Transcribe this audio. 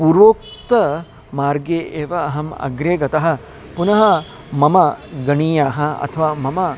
पूर्वोक्तमार्गे एव अहम् अग्रे गतः पुनः मम गणीयः अथवा मम